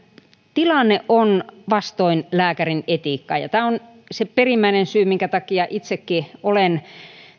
tilanne on vastoin lääkärin etiikkaa ja tämä on se perimmäinen syy minkä takia itsekin olen